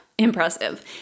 impressive